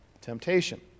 temptation